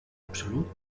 absolut